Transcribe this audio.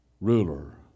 ruler